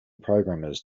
programmers